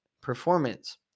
performance